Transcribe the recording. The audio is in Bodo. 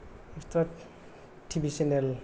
T V channel